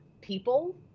people